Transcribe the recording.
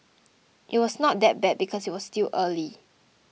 it was not that bad because it was still early